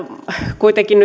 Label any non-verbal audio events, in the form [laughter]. kuitenkin [unintelligible]